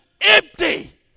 empty